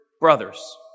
brothers